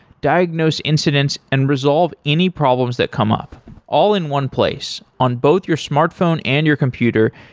diagnose incidents and resolve any problems that come up all in one place. on both your smartphone and your computer,